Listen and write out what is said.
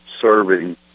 serving